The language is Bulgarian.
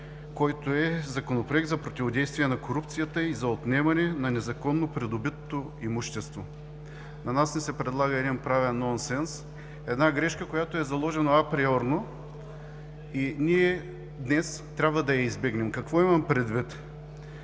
– „Законопроект за противодействие на корупцията и за отнемане на незаконно придобитото имущество”. На нас ни се предлага един правен нонсенс, една грешка, която е заложена априорно, и ние днес трябва да я избегнем. Какво имам предвид?